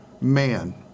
man